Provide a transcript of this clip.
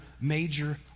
major